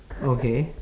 okay